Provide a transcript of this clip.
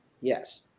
Yes